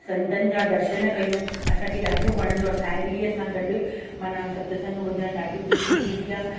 संतनि जा दर्शनु कयूं असांखे ॾाढो वणंदो आहे साहेड़ीअ सां गॾु माना सतसंगु ॿुधणु ॾाढो ख़ुशी थींदी आहे